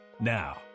now